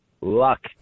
luck